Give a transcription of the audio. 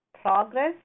progress